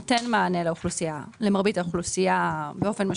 נותן מענה למרבית האוכלוסייה באופן משמעותי.